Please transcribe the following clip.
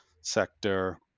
sector